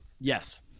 Yes